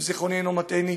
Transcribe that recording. אם זיכרוני אינו מטעני.